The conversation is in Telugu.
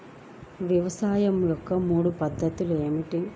వ్యవసాయం యొక్క మూడు పద్ధతులు ఏమిటి?